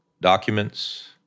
documents